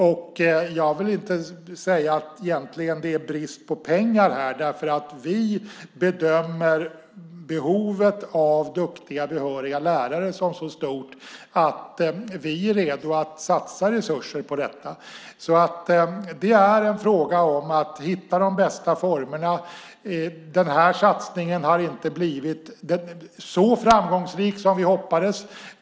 Jag vill egentligen inte säga att det är brist på pengar. Vi bedömer behovet av duktiga behöriga lärare som så stort att vi är redo att satsa resurser på detta. Det är en fråga om att hitta de bästa formerna. Den här satsningen har inte blivit så framgångsrik som vi hoppades.